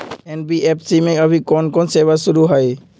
NBFC में अभी कोन कोन सेवा शुरु हई?